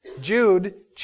Jude